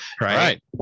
Right